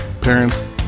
Parents